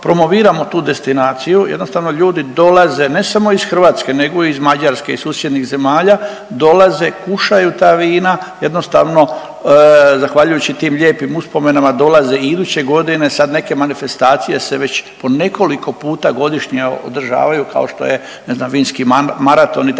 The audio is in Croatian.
promoviramo tu destinaciju. Jednostavno ljudi dolaze ne samo iz Hrvatske, nego i iz Mađarske, iz susjednih zemalja, dolaze, kušaju ta vina. Jednostavno zahvaljujući tim lijepim uspomenama dolaze i iduće godine. Sad neke manifestacije se već po nekoliko puta godišnje održavaju kao što je ne znam vinski maraton itd.